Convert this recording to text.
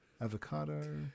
Avocado